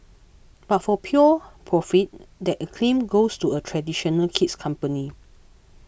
but for pure profit that acclaim goes to a traditional kid's company